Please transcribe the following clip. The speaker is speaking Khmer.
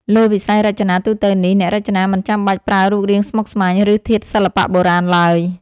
លើវិស័យរចនាទូទៅនេះ អ្នករចនាមិនចាំបាច់ប្រើរូបរាងស្មុគស្មាញ ឬធាតុសិល្បៈបុរាណ ឡើយ